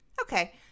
Okay